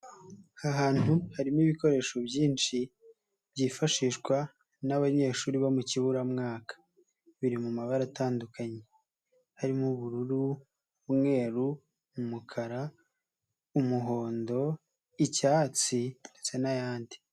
Aha hantu harimo ibikoresho byinshi byifashishwa n'abanyeshuri bo mu kiburamwaka. Biri mu mabara atandukanye. Harimo: ubururuu, umweru, umukara, umuhondo, icyatsi ndetse n'ayandi.